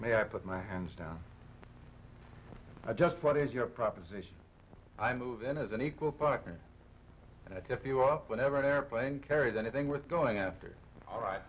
may i put my hands down just what is your proposition i'm movin as an equal partner and i took you up whenever an airplane carried anything worth going after all right